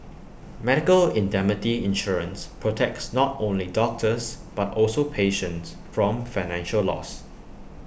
medical indemnity insurance protects not only doctors but also patients from financial loss